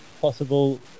possible